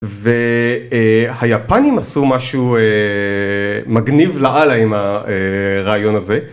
והיפנים עשו משהו מגניב לאללה עם הרעיון הזה.